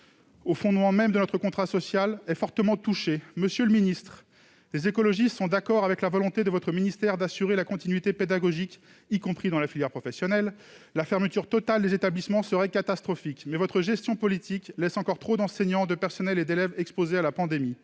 au fondement même de notre contrat social, est fortement touché. Monsieur le ministre, les écologistes s'accordent avec la volonté de votre ministère d'assurer la continuité pédagogique, y compris dans la filière professionnelle ; la fermeture totale des établissements serait catastrophique. Mais votre gestion politique laisse encore trop d'enseignants, de personnels et d'élèves exposés à la pandémie.